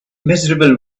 miserable